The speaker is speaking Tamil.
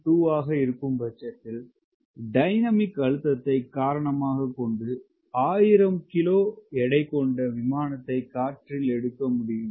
2 ஆக இருக்கும் பட்சத்தில் டைனமிக் அழுத்தத்தை காரணமாக கொண்டு 1000 கிலோ எடை கொண்ட விமானத்தை காற்றில் எடுக்க முடியும்